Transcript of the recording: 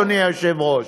אדוני היושב-ראש.